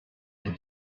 had